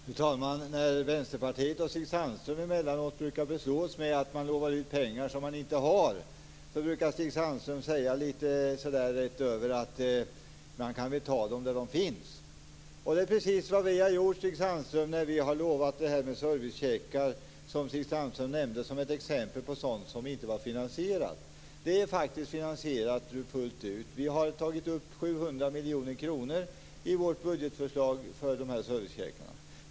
Fru talman! När Vänsterpartiet och Stig Sandström emellanåt brukar beslås med att de lovar ut pengar som de inte har, brukar Stig Sandström säga litet så där rätt över att man kan väl ta dem där de finns. Det är precis vad vi har gjort, Stig Sandström, när vi har gett löfte om servicecheckar, som Stig Sandström nämnde som ett exempel på sådant som inte är finansierat. Förslaget är faktiskt finansierat fullt ut. Vi har avsatt 700 miljoner kronor i vårt budgetförslag för servicecheckarna.